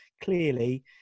clearly